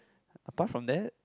apart from that